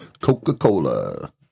Coca-Cola